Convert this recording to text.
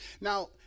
Now